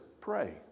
pray